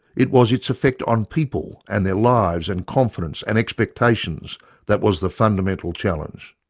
it was its effect on people and their lives and confidence and expectations that was the fundamental challenge.